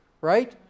Right